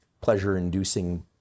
pleasure-inducing